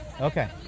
Okay